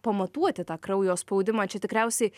pamatuoti tą kraujo spaudimą čia tikriausiai